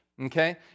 okay